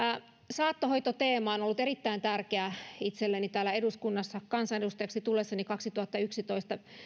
saattohoitoteema on ollut erittäin tärkeä itselleni täällä eduskunnassa kansanedustajaksi tullessani kaksituhattayksitoista